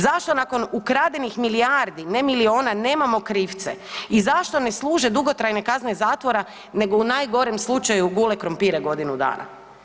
Zašto nakon ukradenih milijardi, ne miliona nemamo krivce i zašto ne služe dugotrajne kazne zatvora nego u najgorem slučaju gule krumpire godinu dana?